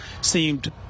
seemed